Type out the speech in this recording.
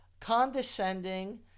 condescending